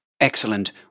Excellent